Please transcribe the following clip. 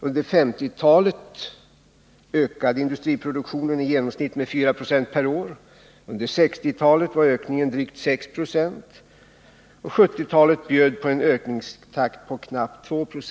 Under 1950-talet ökade industriproduktionen i genomsnitt med 4 96 per år. Under 1960-talet var ökningen drygt 6 20, och 1970-talet bjöd på en ökningstakt på knappt 2 Ze per år.